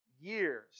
years